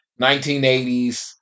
1980s